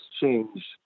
change